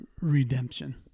redemption